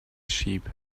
sheep